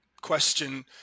question